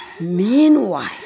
Meanwhile